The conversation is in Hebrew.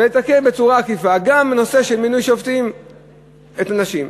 ולתקן בצורה עקיפה גם בנושא של מינוי שופטים את הנשים.